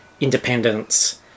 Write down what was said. independence